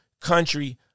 Country